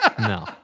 No